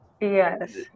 Yes